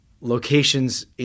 locations